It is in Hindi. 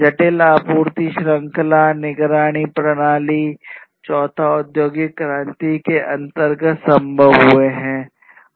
जटिल आपूर्ति श्रृंखला निगरानी प्रणाली चौथा औद्योगिक क्रांति के अंतर्गत संभव हुए हैं